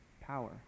power